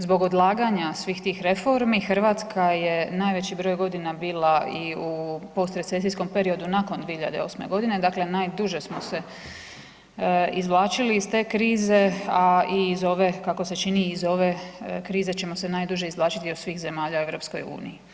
Zbog odlaganja svih tih reformi, Hrvatska je najveći broj godina bila i u postrecesijskom periodu nakon 2008. g., dakle najduže smo se izvlačili iz krize a i iz ove kako se čini, iz ove krize ćemo se najduže izvlačiti od svih zemalja u EU.